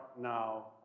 now